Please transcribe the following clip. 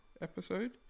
episode